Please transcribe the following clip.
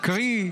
קרי,